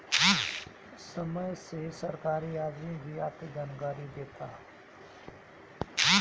समय से सरकारी आदमी भी आके जानकारी देता